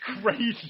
crazy